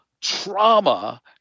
trauma